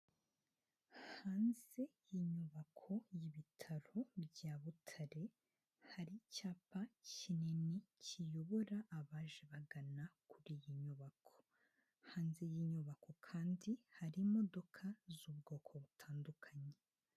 Hanze y'inyubako y'ibitaro bya Butare hari icyapa kinini kiyobora abaje bagana kuri iyi nyubako, hanze y'inyubako kandi hari imodoka z'ubwoko butandukanye.